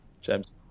James